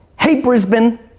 hey, brisbane.